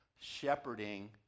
shepherding